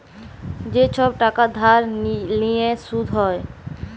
যে ছব টাকা ধার লিঁয়ে সুদ হ্যয়